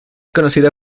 conocida